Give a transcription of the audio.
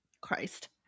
Christ